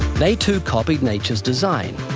they too copied nature's design.